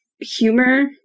humor